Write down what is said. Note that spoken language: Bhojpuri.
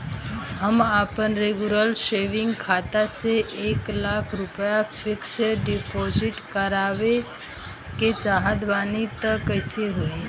हम आपन रेगुलर सेविंग खाता से एक लाख रुपया फिक्स डिपॉज़िट करवावे के चाहत बानी त कैसे होई?